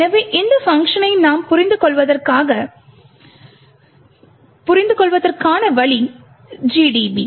எனவே இந்த பங்க்ஷனை நாம் புரிந்துகொள்வதற்கான வழி GDB